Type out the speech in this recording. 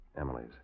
Emily's